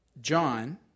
John